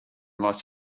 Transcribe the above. las